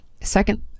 second